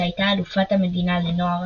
שהייתה אלופת המדינה לנוער